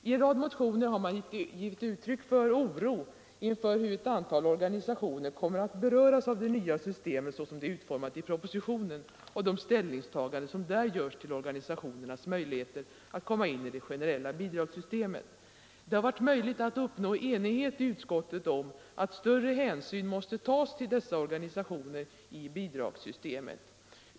I en rad motioner har man givit uttryck för oro inför hur ett antal organisationer kommer att beröras av det nya systemet som det är utformat i propositionen och de ställningstaganden som där görs till organisationernas möjligheter att komma in i det generella bidragssystemet. Det har varit möjligt att uppnå enighet i utskottet om att i bidragssystemet större hänsyn måste tas till dessa organisationer.